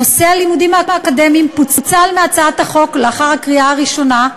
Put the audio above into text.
נושא הלימודים האקדמיים פוצל מהצעת החוק לאחר הקריאה הראשונה,